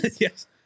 Yes